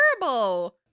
terrible